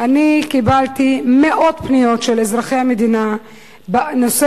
אני קיבלתי מאות פניות של אזרחי המדינה בנושא